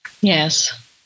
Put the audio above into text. Yes